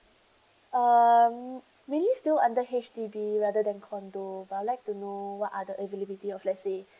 um maybe still under H_D_B rather than condo but I would like to know what are the availability of let's say